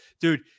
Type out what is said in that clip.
dude